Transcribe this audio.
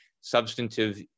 substantive